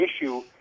issue